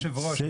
שאלה ליושב ראש,